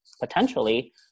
potentially